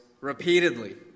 repeatedly